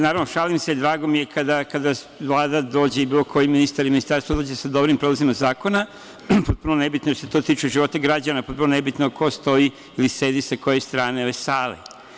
Naravno, šalim se, drago mi je kada Vlada dođe ili bilo koji ministar, ministarstvo sa dobrim predlozima zakona, potpuno nebitno da li se to tiče života građana, potpuno nebitno ko stoji ili sedi sa koje strane ove sale.